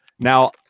Now